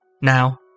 Now